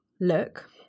look